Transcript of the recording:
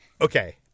Okay